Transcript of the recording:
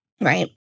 right